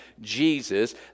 Jesus